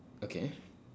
okay